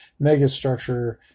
megastructure